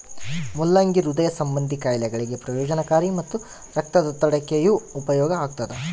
ಮುಲ್ಲಂಗಿ ಹೃದಯ ಸಂಭಂದಿ ಖಾಯಿಲೆಗಳಿಗೆ ಪ್ರಯೋಜನಕಾರಿ ಮತ್ತು ರಕ್ತದೊತ್ತಡಕ್ಕೆಯೂ ಉಪಯೋಗ ಆಗ್ತಾದ